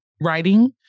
writing